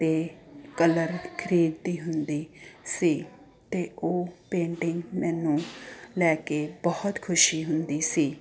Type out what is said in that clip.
ਅਤੇ ਕਲਰ ਖਰੀਦਦੀ ਹੁੰਦੀ ਸੀ ਤੇ ਉਹ ਪੇਂਟਿੰਗ ਮੈਨੂੰ ਲੈ ਕੇ ਬਹੁਤ ਖੁਸ਼ੀ ਹੁੰਦੀ ਸੀ